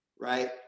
right